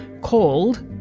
called